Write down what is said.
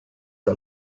del